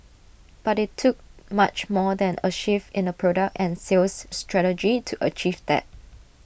but IT took much more than A shift in the product and sales strategy to achieve that